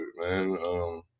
man